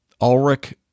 Ulrich